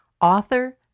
author